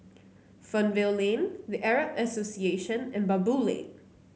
Fernvale Lane The Arab Association and Baboo Lane